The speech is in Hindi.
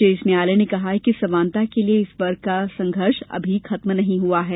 शीर्ष न्यायालय ने कहा कि समानता के लिए इस वर्ग का संघर्ष अभी खत्म नहीं हआ है